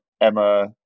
Emma